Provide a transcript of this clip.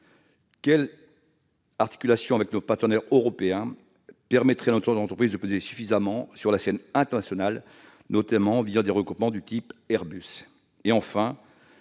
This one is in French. quelle articulation avec nos partenaires européens permettraient à nos entreprises de peser suffisamment sur la scène internationale, notamment des regroupements du type Airbus ?